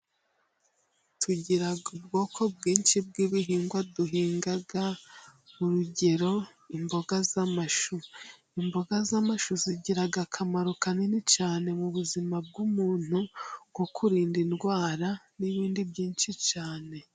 Tugiraga ubwoko bwinshi bw'ibihingwa duhinga urugero imboga z'amashu imboga z'amashu zigiraga akamaro kanini cyane, mu buzima bw'umuntu ko kurinda indwara n'ibindi byinshi cyane.